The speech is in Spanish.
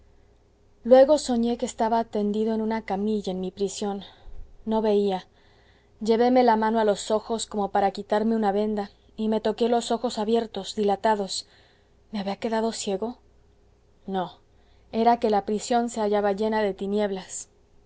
luego soñé que estaba tendido en una camilla en mi prisión no veía llevéme la mano a los ojos como para quitarme una venda y me toqué los ojos abiertos dilatados me había quedado ciego no era que la prisión se hallaba llena de tinieblas